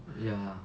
ya